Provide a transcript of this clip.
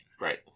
Right